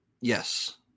yes